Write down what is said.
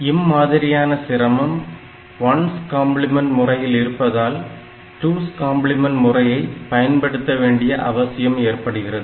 இம்மாதிரியான சிரமம் 1's complement 1s complement முறையில் இருப்பதால் 2's கம்பிளிமெண்ட் 2s complement முறையை பயன்படுத்த வேண்டிய அவசியம் ஏற்படுகிறது